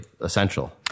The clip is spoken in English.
essential